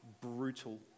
brutal